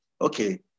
Okay